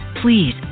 please